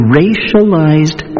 racialized